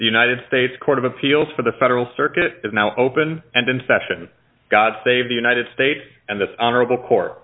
the united states court of appeals for the federal circuit is now open and in session god save the united states and this honorable co